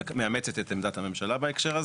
שמאמצת את עמדת הממשלה, בהקשר הזה.